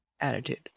Attitude